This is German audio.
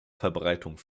verbreitung